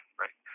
right